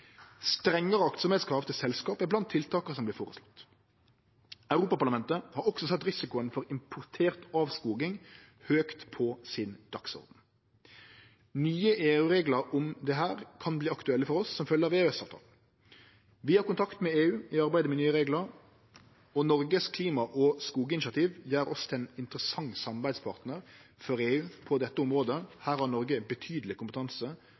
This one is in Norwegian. Strengare krav til selskap om aktsemd er blant tiltaka som vert føreslåtte. Europaparlamentet har også sett risikoen for importert avskoging høgt på dagsordenen. Nye EU-reglar om dette kan verte aktuelle for oss som følgje av EØS-avtalen. Vi har kontakt med EU i arbeidet med nye reglar. Noregs klima- og skoginitiativ gjer oss til ein interessant samarbeidspartnar for EU på dette området. Her har Noreg betydeleg kompetanse,